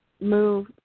move